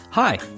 Hi